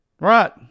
Right